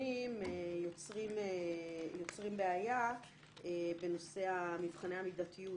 המחמירים יוצרים בעיה בנושא מבחני המידתיות